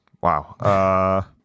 Wow